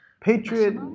Patriot